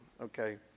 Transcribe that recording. okay